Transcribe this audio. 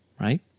right